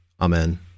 Amen